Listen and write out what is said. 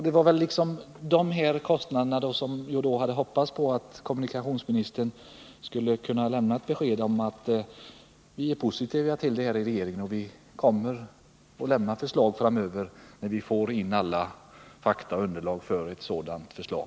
Det var beträffande dessa kostnader som jag hade hoppats att kommuni | kationsministern skulle kunna lämna ett besked om att regeringen ställer sig | positiv och kommer att lämna förslag framöver när man får in alla fakta och underlag för ett sådant förslag.